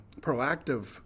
proactive